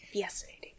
Fascinating